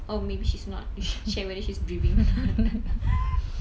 or maybe she's you should check whether she's breathing